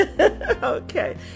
Okay